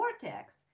vortex